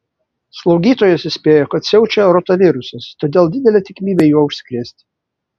slaugytojos įspėjo kad siaučia rotavirusas todėl didelė tikimybė juo užsikrėsti